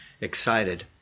excited